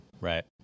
Right